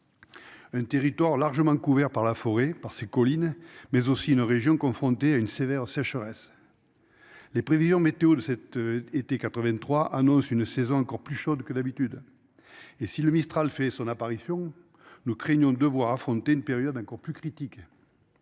Un territoire largement couvert par la forêt par ses collines mais aussi une région confrontée à une sévère sécheresse. Les prévisions météo de cet été 83 annonce une saison encore plus chaude que d'habitude. Et si le mistral fait son apparition. Nous craignons de devoir affronter une période encore plus critique.